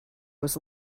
was